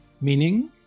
Meaning